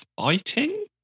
fighting